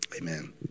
Amen